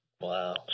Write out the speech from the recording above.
Wow